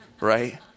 right